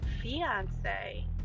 fiance